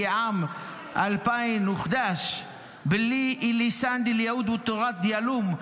על ההחלטה בחוקת שנת 2011 שלשון היהודים והתרבות שלהם,